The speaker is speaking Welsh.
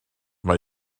mae